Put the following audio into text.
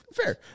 Fair